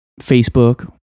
Facebook